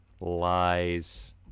Lies